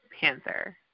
Panther